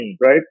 right